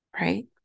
Right